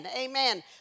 Amen